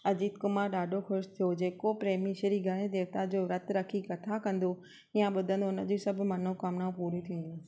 अजीत कुमार ॾाढो ख़ुशि थियो जेको प्रेमी श्री गणेश देवता जो विर्तु रखी करे कथा कंदो या ॿुधंदो उनजी सभु मनोकामना पूरियूं थींदियूं